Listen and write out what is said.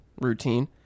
routine